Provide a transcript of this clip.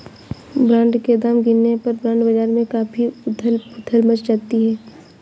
bond के दाम गिरने पर बॉन्ड बाजार में काफी उथल पुथल मच जाती है